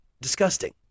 disgusting